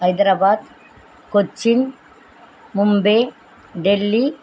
Hyderabad Cochin Mumbai Delhi